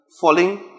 Falling